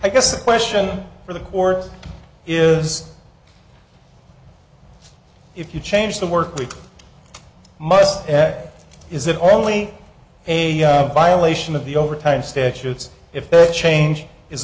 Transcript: i guess the question for the court is if you change the work we must add is it only a violation of the overtime statutes if the change is